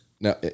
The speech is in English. now